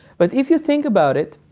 but if you think about it,